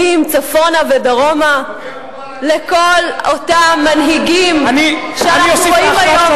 הכנסת, אני אוסיף לך.